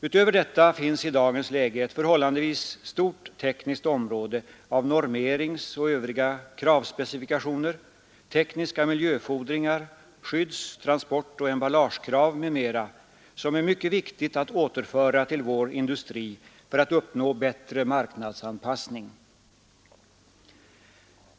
Utöver detta finns i dagens läge ett förhållandevis stort tekniskt område med normeringsoch övriga kravspecifikationer, tekniska miljöfordringar, skydds-, transportoch emballagekrav som är viktigt att återföra till vår industri för att uppnå bättre marknadsanpassning.